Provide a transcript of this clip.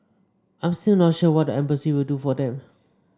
I'm still not sure what the embassy will do for them